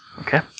Okay